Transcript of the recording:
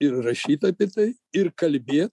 ir rašyt apie tai ir kalbėt